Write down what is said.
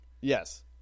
Yes